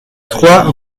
trois